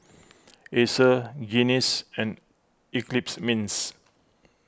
Acer Guinness and Eclipse Mints